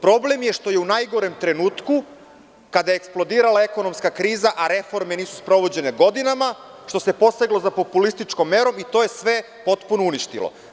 Problem je što je u najgorem trenutku, kada je eksplodirala ekonomska kriza, a reforme nisu sprovođene godinama, što se poseglo za populističkom merom, i to je sve potpuno uništeno.